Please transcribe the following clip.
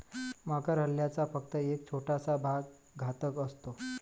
मगर हल्ल्याचा फक्त एक छोटासा भाग घातक असतो